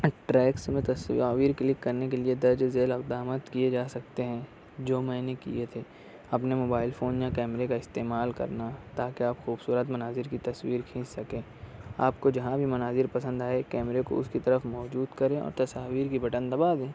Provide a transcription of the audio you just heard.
treks میں تصاویر click کرنے کے لئے درج ذیل اقدامات کئے جا سکتے ہیں جو میں نے کئے تھے اپنے موبائل فون میں کیمرے کا استعمال کرنا تاکہ آپ خوبصورت مناظر کی تصویر کھینچ سکیں آپ کو جہاں بھی مناظر پسند آئے کیمرے کو اس کی طرف موجود کریں اور تصاویر کی بٹن دبا دیں